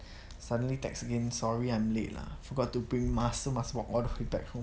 suddenly text again sorry I'm late lah forgot to bring mask must walk all the way back home